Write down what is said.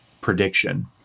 prediction